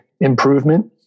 improvement